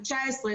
19,